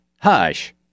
hush